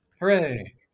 hooray